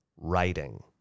Writing